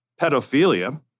pedophilia